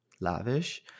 lavish